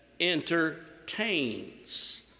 entertains